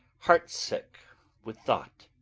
heart sick with thought.